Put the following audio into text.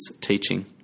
teaching